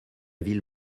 ville